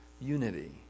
unity